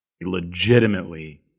legitimately